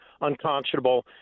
unconscionable